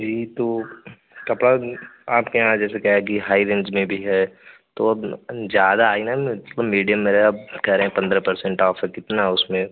जी तो कपड़ा आपके यहाँ जैसे क्या है कि हाई रेंज में भी है तो अब ज़्यादा आई न मीडियम में रहे आप कहे रहे हैं पन्द्रह परसेंट ऑफ है कितना है उसमें